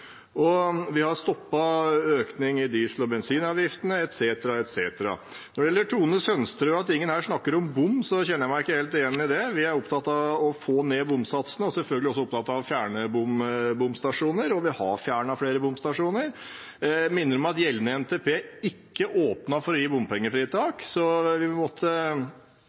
Og vi har stoppet økningen i bensin- og dieselavgiftene, etc. etc. Når det gjelder Tone Merete Sønsterud og at ingen her snakker om bom, kjenner jeg meg ikke helt igjen i det. Vi er opptatt av å få ned bompengesatsene og selvfølgelig også opptatt av å fjerne bomstasjoner – og vi har fjernet flere bomstasjoner. Jeg minner om at gjeldende NTP ikke åpnet for å gi bompengefritak, så vi måtte